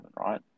right